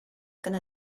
gonna